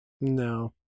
No